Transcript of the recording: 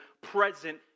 present